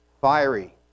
fiery